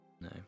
No